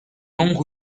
long